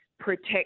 Protect